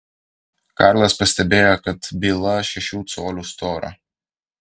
karlas pastebėjo kad byla šešių colių storio